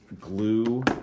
glue